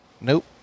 Nope